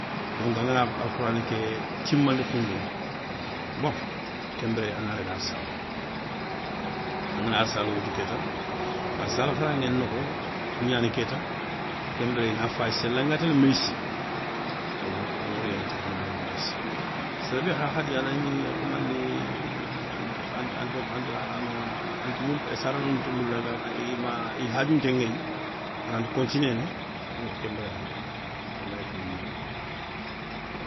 Donc an ngaana alkhourane ke timandi kounduŋa. Bon ke mbire an na daaga arssala. An ngana arsala woutou kéta, arsala kharaŋé nokho, gnani kéta. ke mbire ina fayi séla nga tele moyissi ina a ŋorienter ana daga moyissi. Sere be kha khadi anagni a kama ni a sarano nta moula ima i hadiounté ŋéyi. aranta continene, yo kénbiré aray alay féyindini.